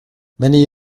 many